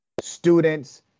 students